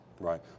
Right